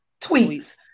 tweets